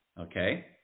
okay